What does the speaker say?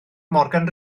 morgan